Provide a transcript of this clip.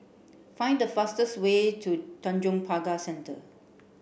find the fastest way to Tanjong Pagar Centre